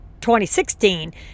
2016